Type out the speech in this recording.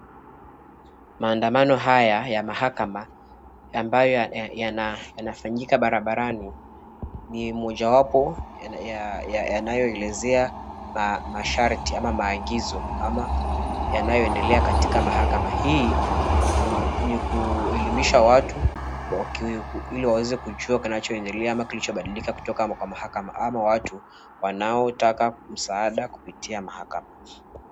Maandamano haya ya mahakama ambayo yanafanyika barabarani ni mojawapo yanayoelezea masharti ama maagizo yanayoendelea katika mahakama. Hii ni kuelimisha watu ili waweze kujua kinachoendelea ama kilicho badilika kutoka mahakama ama watu wanaotaka msaada kutoka kwenye mahakama.